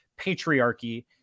patriarchy